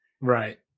Right